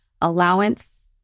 allowance